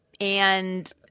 And-